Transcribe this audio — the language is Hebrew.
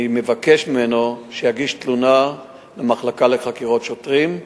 אני מבקש ממנו שיגיש תלונה במחלקה לחקירות שוטרים,